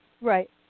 Right